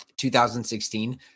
2016